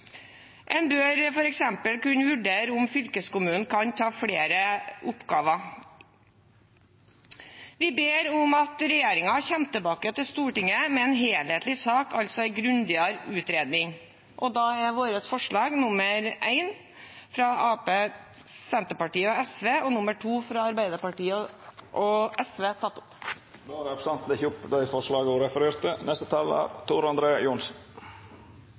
En bør f.eks. kunne vurdere om fylkeskommunen kan ta flere oppgaver. Vi ber om at regjeringen kommer tilbake til Stortinget med en helhetlig sak, altså en grundigere utredning. Og da er våre forslag – nr. 1, fra Arbeiderpartiet, Senterpartiet og SV, og nr. 2, fra Arbeiderpartiet og SV – tatt opp. Representanten Kirsti Leirtrø har teke opp dei forslaga ho refererte til. Prop. 110 S for